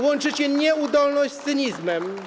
Łączycie nieudolność z cynizmem.